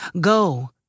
Go